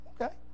okay